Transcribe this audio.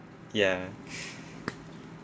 ya